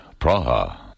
Praha